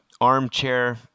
armchair